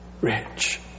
rich